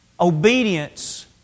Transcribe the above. Obedience